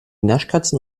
naschkatzen